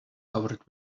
covered